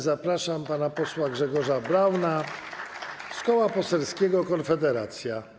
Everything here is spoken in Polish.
Zapraszam pana posła Grzegorza Brauna z Koła Poselskiego Konfederacja.